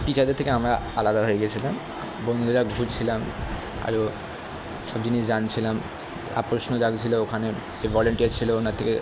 টিচারদের থেকে আমরা আলাদা হয়ে গেছিলাম বন্ধুরা ঘুরছিলাম আরও সব জিনিস জানছিলাম প্রশ্ন জাগছিলো ওখানে ভলেন্টিয়ার ছিলো ওনার থেকে